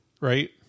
right